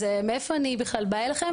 אז מאיפה אני בכלל באה אליכם.